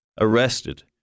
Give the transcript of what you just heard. arrested